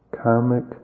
karmic